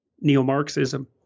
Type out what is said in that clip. Neo-Marxism